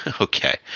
Okay